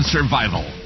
Survival